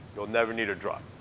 you'll never need a drug.